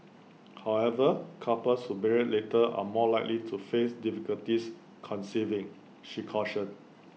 however couples who marry later are more likely to face difficulties conceiving she cautioned